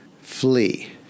flee